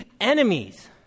enemies